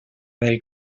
del